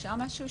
אפשר משהו,